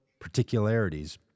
particularities